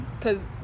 cause